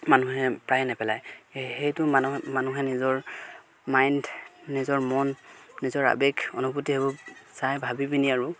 মানুহে প্ৰায় নেপেলাই সেইটো মানুহ মানুহে নিজৰ মাইণ্ড নিজৰ মন নিজৰ আৱেগ অনুভূতি সেইবোৰ চাই ভাবি পিনি আৰু